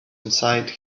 inside